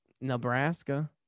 Nebraska